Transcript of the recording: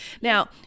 Now